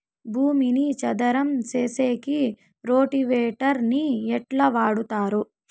భూమిని చదరం సేసేకి రోటివేటర్ ని ఎట్లా వాడుతారు?